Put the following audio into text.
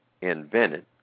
invented